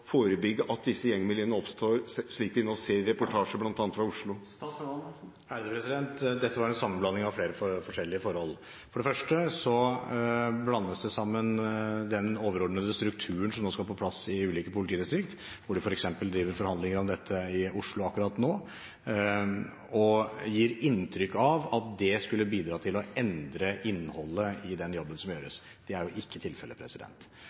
forebygge at disse gjengmiljøene oppstår, slik vi ser reportasjer om bl.a. fra Oslo. Dette var en sammenblanding av flere forskjellige forhold. For det første blander man sammen den overordnede strukturen som nå skal på plass i ulike politidistrikt, som det drives forhandlinger om i Oslo akkurat nå, og man gir inntrykk av at det skulle bidra til å endre innholdet i den jobben som gjøres. Det er ikke tilfellet.